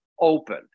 open